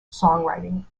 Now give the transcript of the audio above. songwriting